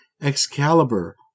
Excalibur